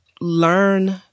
learn